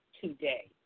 today